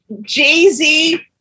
Jay-Z